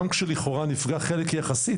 גם כשלכאורה נפגע חלק יחסי,